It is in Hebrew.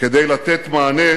כדי לתת מענה